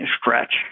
stretch